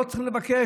לא צריכים לבקש,